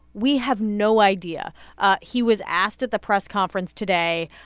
we have no idea he was asked at the press conference today,